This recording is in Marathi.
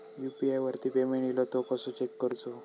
यू.पी.आय वरती पेमेंट इलो तो कसो चेक करुचो?